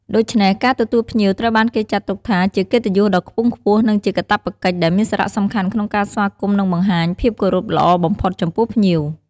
ដូច្នេះ ការទទួលភ្ញៀវត្រូវបានគេចាត់ទុកថាជាកិត្តិយសដ៏ខ្ពង់ខ្ពស់ និងជាកាតព្វកិច្ចដែលមានសារៈសំខាន់ក្នុងការស្វាគមន៍ និងបង្ហាញភាពគោរពល្អបំផុតចំពោះភ្ញៀវ។